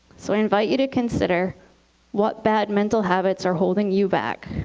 so i invite you to consider what bad mental habits are holding you back?